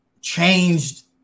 changed